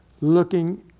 looking